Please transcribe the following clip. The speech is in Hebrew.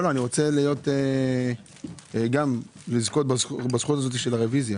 גם אני רוצה לזכות בזכות הזאת של הרוויזיה.